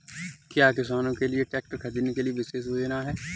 क्या किसानों के लिए ट्रैक्टर खरीदने के लिए विशेष योजनाएं हैं?